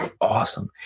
awesome